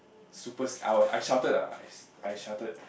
super sc~ I I shouted ah I I shouted